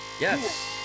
Yes